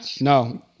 No